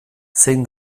zein